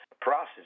process